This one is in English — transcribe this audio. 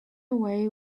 away